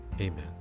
Amen